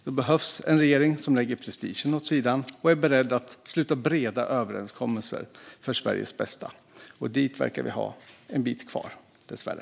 Då behövs en regering som lägger prestigen åt sidan och är beredd att sluta breda överenskommelser för Sveriges bästa, och dit verkar vi dessvärre ha en bit kvar.